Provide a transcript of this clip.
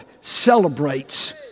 celebrates